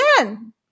again